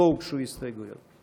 לא הוגשו הסתייגויות.